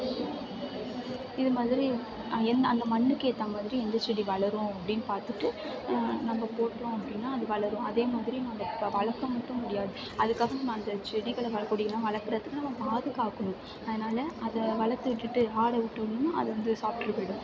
இது மாதிரி என்ன அந்த மண்ணுக்கேற்ற மாதிரி எந்த செடி வளரும் அப்படின்னு பார்த்துட்டு நம்ம போட்டோம் அப்படின்னா அது வளரும் அதே மாதிரி நம்ம இப்போா வளர்க்க மட்டும் முடியாது அதுக்கப்புறமும் அந்த செடிகளில் வரக்கூடிய நம்ம பாதுகாக்கணும் அதனால் அதை வளர்த்து விட்டுவிட்டு ஆடை விட்டோம்னால் அது வந்து சாப்பிட்டுட்டு போய்விடும்